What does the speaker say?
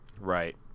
Right